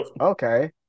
okay